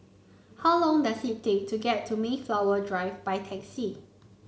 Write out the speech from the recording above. how long does it take to get to Mayflower Drive by taxi